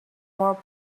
more